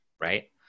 right